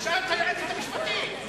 תשאל את היועצת המשפטית.